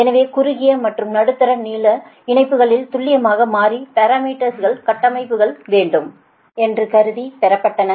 எனவே குறுகிய மற்றும் நடுத்தர நீள இணைப்புகளுக்கு துல்லியமான மாதிரி பாரமீட்டர்ஸ் கட்டமைக்கப்பட வேண்டும் என்று கருதி பெறப்பட்டன